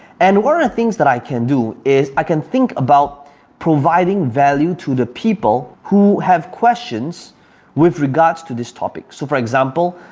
and one of the things that i can do is, i can think about providing value to the people who have questions with regards to this topic. so for example,